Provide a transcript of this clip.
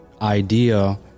idea